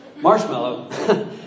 marshmallow